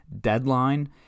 deadline